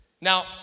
Now